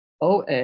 OA